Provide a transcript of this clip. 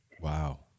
Wow